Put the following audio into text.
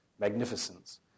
magnificence